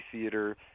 theater